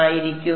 ആയിരിക്കും